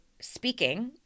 speaking